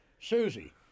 Susie